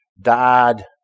Died